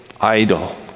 idle